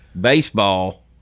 Baseball